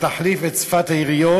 תחליף את שפת היריות.